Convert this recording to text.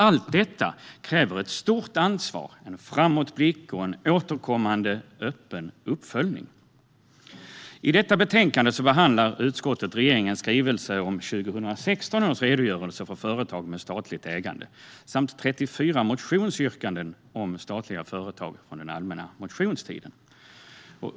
Allt detta kräver ett stort ansvar, en framåtblick och en återkommande öppen uppföljning. I betänkandet behandlar utskottet regeringens skrivelse om 2016 års redogörelse för företag med statligt ägande samt 34 motionsyrkanden om statliga företag från den allmänna motionstiden.